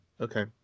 okay